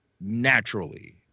naturally